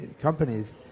companies